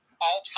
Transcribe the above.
all-time